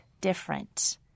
different